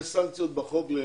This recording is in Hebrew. יש סנקציות בחוק?